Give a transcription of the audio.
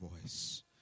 voice